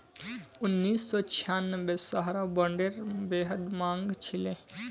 उन्नीस सौ छियांबेत सहारा बॉन्डेर बेहद मांग छिले